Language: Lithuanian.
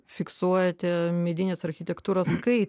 fiksuojate medinės architektūros kaip